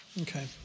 Okay